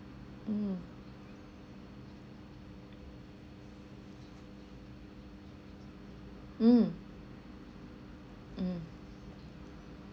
mm mm mm